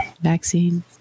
vaccine